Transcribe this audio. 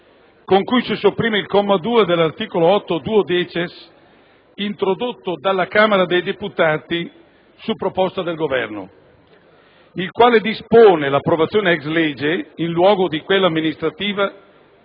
propone di sopprimere il comma 2 dell'articolo 8-*duodecies*, introdotto dalla Camera dei deputati su proposta del Governo, il quale dispone l'approvazione *ex lege*, in luogo di quella amministrativa,